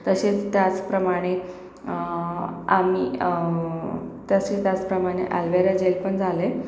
तसेच त्याचप्रमाणे आम्ही तसेच त्याचप्रमाणे ॲलवेरा जेल पण झालं आहे